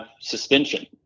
suspension